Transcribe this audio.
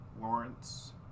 Lawrence